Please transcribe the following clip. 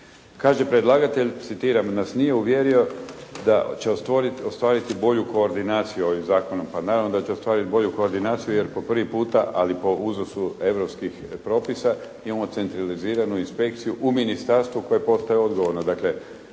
Kaže predlagatelj, citiram, nas nije uvjerio da će ostvariti bolju koordinaciju ovim zakonom. Pa naravno da će ostvariti bolju koordinaciju jer po prvo puta, ali po uzusu europskih propisa imamo centraliziranu inspekciju u ministarstvu koje postaje odgovorno.